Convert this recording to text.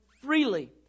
freely